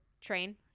train